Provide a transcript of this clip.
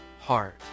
heart